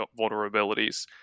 vulnerabilities